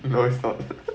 non-stop